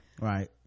right